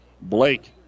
Blake